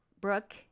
Brooke